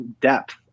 depth